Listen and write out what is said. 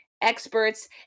experts